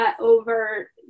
over